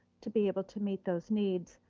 to be able to meet those needs,